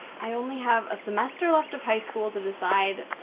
i only have a semester left of high school to decide!